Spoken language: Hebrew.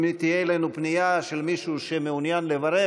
אם תהיה לנו פנייה של מישהו שמעוניין לברך,